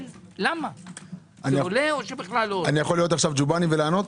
אני יכול להיות גובאני ולענות?